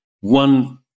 one